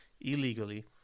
illegally